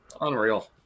Unreal